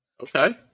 Okay